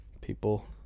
people